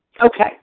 Okay